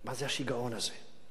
מה זה השיגעון הזה?